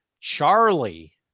Charlie